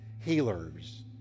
healers